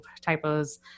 typos